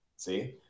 See